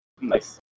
Nice